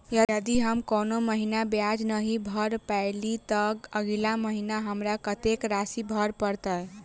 यदि हम कोनो महीना ब्याज नहि भर पेलीअइ, तऽ अगिला महीना हमरा कत्तेक राशि भर पड़तय?